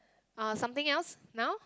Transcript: uh something else now